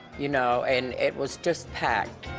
you know, and it was just packed.